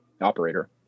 operator